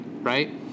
Right